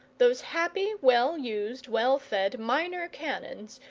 those happy well-used, well-fed minor canons,